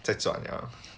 在转了